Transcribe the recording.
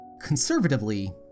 Conservatively